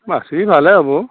মাচুৰী ভালে হ'ব